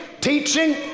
teaching